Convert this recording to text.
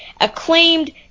acclaimed